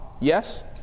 Yes